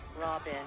Robin